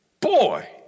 Boy